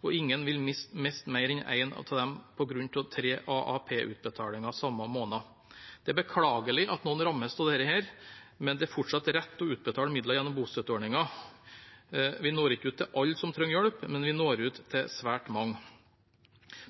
og ingen vil miste mer enn en av dem på grunn av tre AAP-utbetalinger samme måned. Det er beklagelig at noen rammes av dette, men det er fortsatt riktig å utbetale midler gjennom bostøtteordningen. Vi når ikke ut til alle som trenger hjelp, men vi når ut til svært mange.